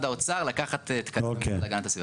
האוצר לקחת תקנים מהמשרד להגנת הסביבה.